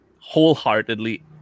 wholeheartedly